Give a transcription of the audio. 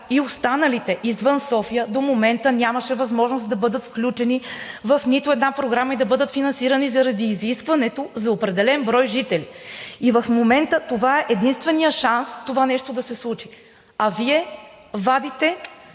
и останалите извън София до момента нямаше възможност да бъдат включени в нито една програма и да бъдат финансирани заради изискването за определен брой жители. И в момента това е единственият шанс това нещо да се случи. А Вие вадите